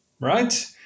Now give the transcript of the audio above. right